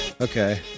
Okay